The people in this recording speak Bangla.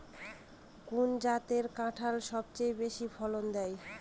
কোন জাতের কাঁঠাল সবচেয়ে বেশি ফলন দেয়?